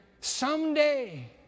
someday